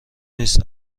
نیست